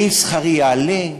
האם שכרי יעלה?